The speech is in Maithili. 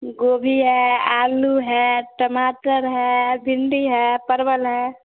गोभी हइ आलू हइ टमाटर हइ भिण्डी हइ परवल हइ